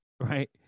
right